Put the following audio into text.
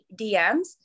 DMS